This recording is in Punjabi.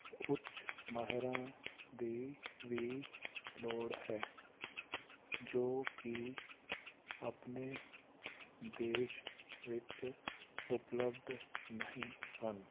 ਉੱਚ ਮਾਹਿਰਾਂ ਦੀ ਵੀ ਲੋੜ ਹੈ ਜੋ ਕਿ ਆਪਣੇ ਦੇਸ਼ ਵਿੱਚ ਉਪਲਬਧ ਨਹੀਂ ਹਨ